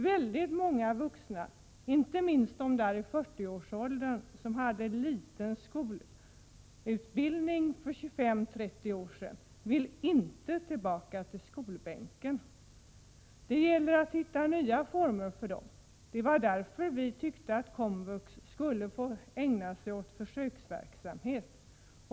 Väldigt många vuxna, inte minst de som är i 40-årsåldern och som fick bara litet utbildning för 25-30 år sedan, vill inte tillbaka till skolbänken. Då gäller det att hitta nya former för utbildning för dem. Det var därför som vi tyckte att komvux skulle få ägna sig åt försöksverksamhet.